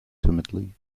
timidly